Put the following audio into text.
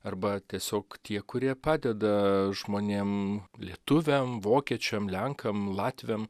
arba tiesiog tie kurie padeda žmonėm lietuviam vokiečiam lenkam latviam